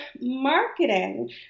marketing